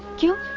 you